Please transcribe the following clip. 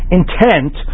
intent